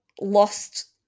lost